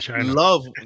love